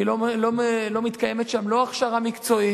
כי לא מתקיימת שם לא הכשרה מקצועית,